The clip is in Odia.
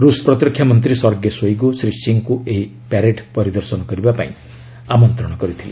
ରୁଷ୍ ପ୍ରତିରକ୍ଷାମନ୍ତ୍ରୀ ସର୍ଗେ ଶୋଇଗୁ ଶ୍ରୀ ସିଂହଙ୍କୁ ଏହି ପ୍ୟାରେଡ୍ ପରିଦର୍ଶନ କରିବା ପାଇଁ ଆମନ୍ତ୍ରଣ କରିଥିଲେ